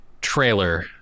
trailer